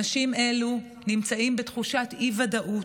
אנשים אלה נמצאים בתחושת אי-ודאות,